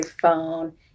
phone